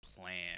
plan